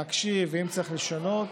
להקשיב, ואם צריך לשנות,